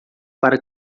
para